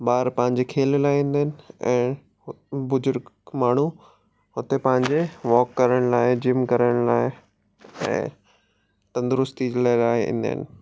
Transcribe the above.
ॿार पंहिंजे खेल लाइ ईंदा आहिनि ऐं बुजुर्ग माण्हू हुते पंहिंजे वॉक करण लाइ जिम करण लाइ ऐं तंदरुस्ती जे लाइ ईंदा आहिनि